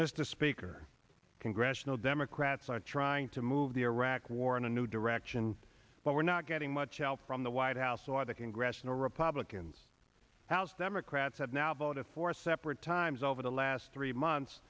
mr speaker congressional democrats are trying to move the iraq war in a new direction but we're not getting much help from the white house or the congressional republicans house democrats have now voted for separate times over the last three months